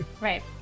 Right